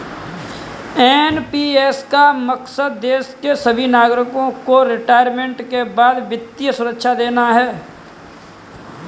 NPS का मकसद देश के सभी नागरिकों को रिटायरमेंट के बाद वित्तीय सुरक्षा देना है